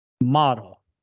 model